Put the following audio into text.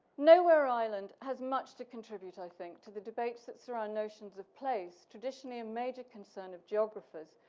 nowhereisland has much to contribute i think, to the debates that surround notions of place. traditionally, a major concern of geographers.